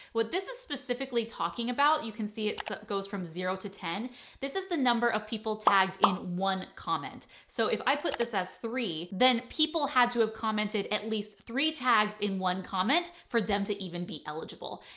what this is specifically talking about. you can see it goes from zero to ten this is the number of people tagged in one comment. so if i put this as three, then people had to have commented at least three tags in one comment for them to even be eligible.